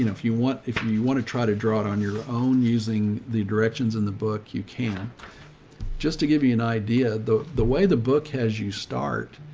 you know if you want, if you you want to try to draw it on your own, using the directions in the book, you can just to give you an idea, the, the way the book has you start.